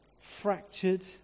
fractured